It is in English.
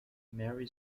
mary